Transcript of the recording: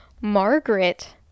Margaret